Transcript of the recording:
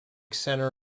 centre